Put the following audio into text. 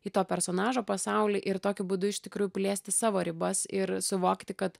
į to personažo pasaulį ir tokiu būdu iš tikrųjų plėsti savo ribas ir suvokti kad